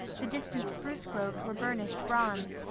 the distant spruce groves were burnished bronze,